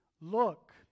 look